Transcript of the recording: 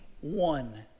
one